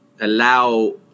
allow